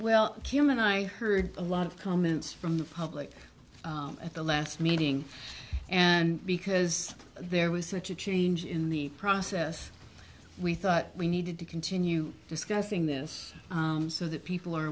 well kim and i heard a lot of comments from the public at the last meeting and because there was a change in the process we thought we needed to continue discussing this so that people are